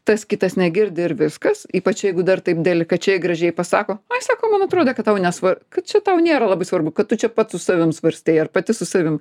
tas kitas negirdi ir viskas ypač jeigu dar taip delikačiai gražiai pasako ai sako man atrodė kad tau nesvarbu kad čia tau nėra labai svarbu kad tu čia pats su savim svarstei ar pati su savim